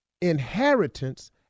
inheritance